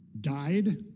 died